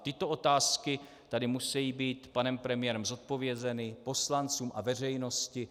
Tyto otázky tady musejí být panem premiérem zodpovězeny, poslancům a veřejnosti.